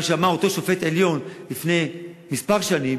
מה שאמר אותו שופט עליון לפני כמה שנים,